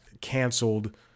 canceled